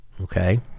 okay